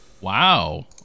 Wow